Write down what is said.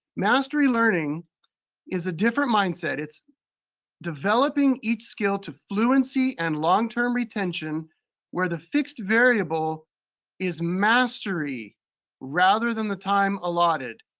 mastery learning is a different mindset. it's developing each skill to fluency and longterm retention where the fixed variable is mastery rather than the time allotted.